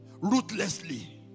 ruthlessly